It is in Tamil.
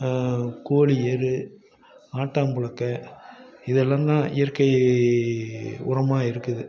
கோழி எரு ஆட்டாம்புழுக்கை இது எல்லாம்தான் இயற்கை உரமாக இருக்குது